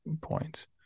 points